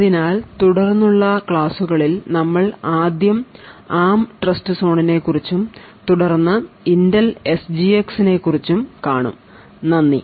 അതിനാൽ തുടർന്നുള്ള ക്ലാസുകളിൽ നമ്മൾ ആദ്യം ARM ട്രസ്റ്റ്സോണിനെക്കുറിച്ചും തുടർന്ന് ഇന്റൽ എസ് ജി എക്സ് നെക്കുറിച്ചും കാണും നന്ദി